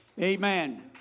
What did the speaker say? Amen